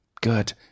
Good